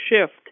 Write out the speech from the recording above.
shift